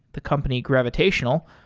the company gravitational,